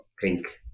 pink